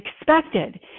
expected